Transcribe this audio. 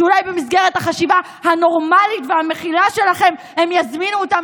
שאולי במסגרת החשיבה ה"נורמלית" והמכילה שלכם הם יזמינו אותם